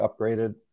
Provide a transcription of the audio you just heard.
upgraded